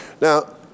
Now